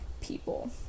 people